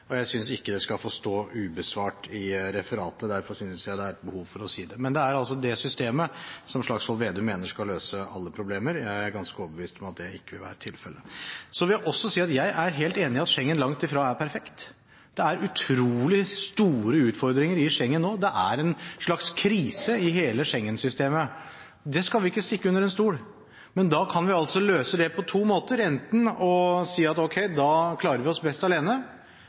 feil. Jeg synes ikke det skal få stå ubesvart i referatet – derfor synes jeg det er et behov for å si det. Men det er altså det systemet som representanten Slagsvold Vedum mener skal løse alle problemer. Jeg er ganske overbevist om at det ikke vil være tilfellet. Så vil jeg også si at jeg er helt enig i at Schengen langt ifra er perfekt. Det er utrolig store utfordringer i Schengen nå. Det er en slags krise i hele Schengen-systemet, det skal vi ikke stikke under stol. Men da kan vi løse det på to måter: enten ved å si at ok, da klarer vi oss best alene